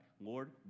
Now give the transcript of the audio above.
Lord